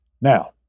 Now